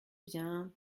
bien